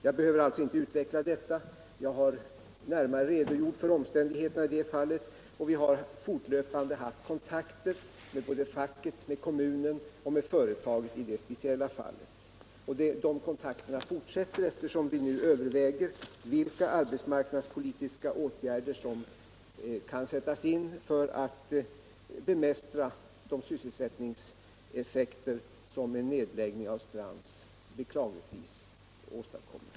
Jag behöver alltså inte utveckla detta; jag har tidigare redogjort för omständigheterna i det fallet, och vi har fortlöpande haft kontakter med facket, kommunen och företaget. De kontakterna fortsätter, eftersom vi nu överväger vilka arbetsmarknadspolitiska åtgärder som kan sättas in för att bemästra de sysselsättningseffekter som cn nedläggning av Strands beklagligtvis åstadkommer.